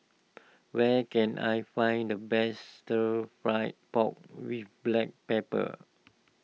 where can I find the best Stir Fry Pork with Black Pepper